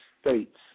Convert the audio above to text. states